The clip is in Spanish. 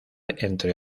entre